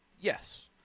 yes